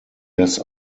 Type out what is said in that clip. less